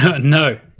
No